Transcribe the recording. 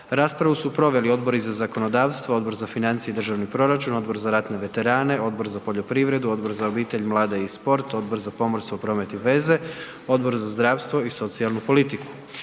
Raspravu su proveli Odbori za zakonodavstvo, Odbor za financije i državni proračun, Odbor za ratne veterane, Odbor za poljoprivredu, Odbor za obitelj, mlade i sport, Odbor za pomorstvo, promet i veze, Odbor za zdravstvo i socijalnu politiku.